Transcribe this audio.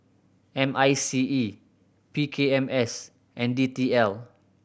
M I C E P K M S and D T L